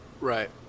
Right